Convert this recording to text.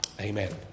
Amen